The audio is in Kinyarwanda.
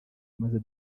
maze